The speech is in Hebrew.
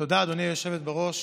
היושבת-ראש,